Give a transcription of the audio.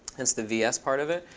hence the vs part of it.